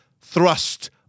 thrust